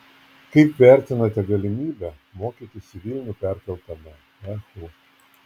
kaip vertinate galimybę mokytis į vilnių perkeltame ehu